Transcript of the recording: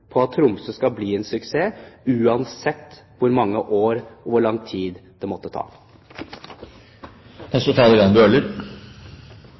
på at Tromsø skal bli en suksess, uansett hvor mange år og hvor lang tid det måtte